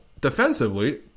defensively